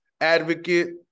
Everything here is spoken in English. advocate